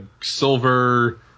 silver